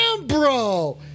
bro